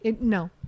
no